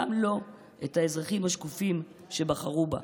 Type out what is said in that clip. גם לא את האזרחים השקופים שבחרו בה.